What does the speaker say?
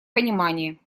понимание